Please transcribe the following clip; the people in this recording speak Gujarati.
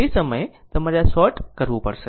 તે સમયે તમારે આ શોર્ટ કરવું પડશે